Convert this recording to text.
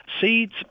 seeds